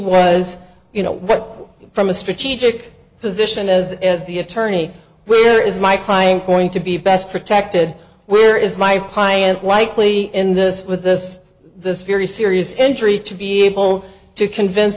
was you know what from a strategic position as is the attorney where is my client going to be best protected where is my client likely in this with this this very serious injury to be able to convince